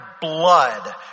blood